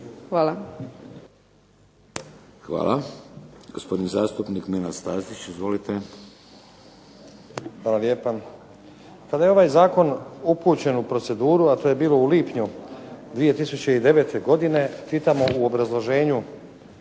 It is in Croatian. (HDZ)** Hvala. Gospodin zastupnik Nenad Stazić. Izvolite. **Stazić, Nenad (SDP)** Hvala lijepa. Kada je ovaj zakon upućen u proceduru a to je bilo u lipnju 2009. godine čitamo u obrazloženju